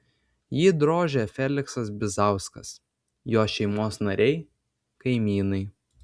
jį drožė feliksas bizauskas jo šeimos nariai kaimynai